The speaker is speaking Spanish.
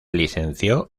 licenció